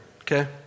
okay